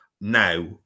Now